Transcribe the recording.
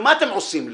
מה אתם עושים לי?